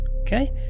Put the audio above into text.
Okay